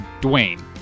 Dwayne